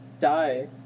die